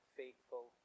faithful